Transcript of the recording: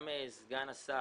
גם סגן השר,